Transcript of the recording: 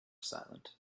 silent